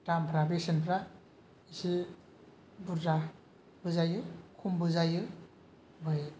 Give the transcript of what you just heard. दामफ्रा बेसेनफ्रा एसे बुरजाबो जायो खमबो जायो